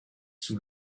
sous